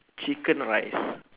chicken rice